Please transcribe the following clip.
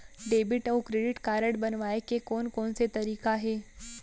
Debit अऊ credit card बनवाए के कोन कोन से तरीका हे?